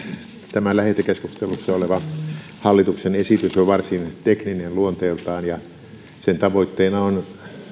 tämä lähetekeskustelussa oleva hallituksen esitys on varsin tekninen luonteeltaan ja sen tavoitteena on